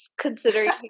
considering